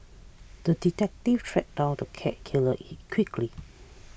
the detective tracked down the cat killer in quickly